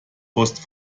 post